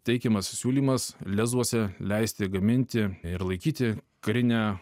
teikiamas siūlymas lezuose leisti gaminti ir laikyti karinę